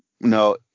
No